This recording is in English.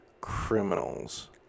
criminals